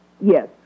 Yes